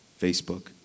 Facebook